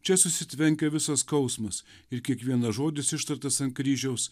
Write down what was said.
čia susitvenkia visas skausmas ir kiekvienas žodis ištartas ant kryžiaus